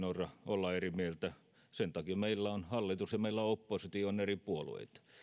olla eri mieltä sen takia meillä hallitus ja oppositio ovat eri puolueita